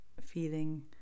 feeling